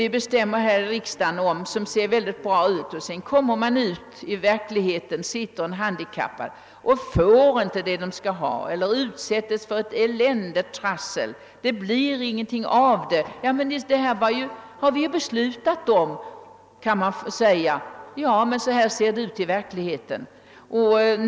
Vi bestämmer mycket här i riksdagen som ser mycket bra ut, men i verkligheten kan en handikappad sitta utan att få vad han behöver samtidigt som han blir utsatt för ett eländigt trassel. Det blir ingenting av det hela. Man kan säga att vi har beslutat om saken, men verkligheten ser annorlunda ut.